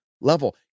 level